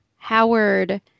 Howard